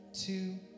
two